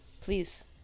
Please